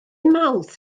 mawrth